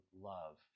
love